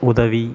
உதவி